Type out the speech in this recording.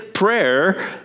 prayer